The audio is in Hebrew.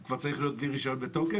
כבר צריך להיות בלי רישיון בתוקף?